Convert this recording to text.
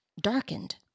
darkened